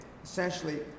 Essentially